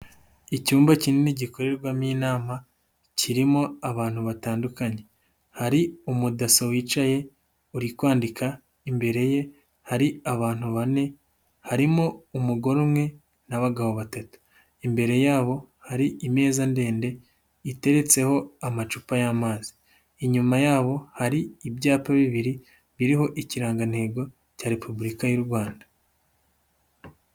Icyumba kinini gikorerwamo inama, kirimo abantu batandukanye, hari umudaso wicaye uri kwandika, imbere ye hari abantu bane harimo: umugore umwe n'abagabo batatu, imbere yabo hari imeza ndende iteretseho amacupa y'amazi, inyuma yabo hari ibyapa bibiri biriho ikirangantego cya Repubulika y'u Rwanda.